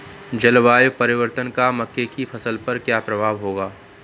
जलवायु परिवर्तन का मक्के की फसल पर क्या प्रभाव होगा?